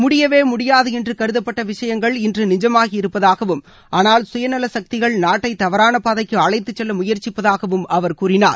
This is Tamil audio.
முடியவே முடியாது என்று கருதப்பட்ட விஷயங்கள் இன்று நிஜமாகியிருப்பதாகவும் ஆனால் சுயநல சக்திகள் நாட்டை தவறான பாதைக்கு அழைத்துச் செல்ல முயற்சிப்பதாகவும் அவர் கூறினார்